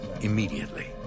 immediately